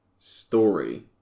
story